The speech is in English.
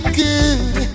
good